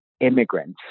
immigrants